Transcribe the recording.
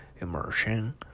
immersion